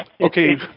okay